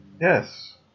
Yes